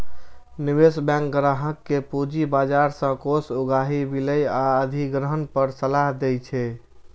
निवेश बैंक ग्राहक कें पूंजी बाजार सं कोष उगाही, विलय आ अधिग्रहण पर सलाह दै छै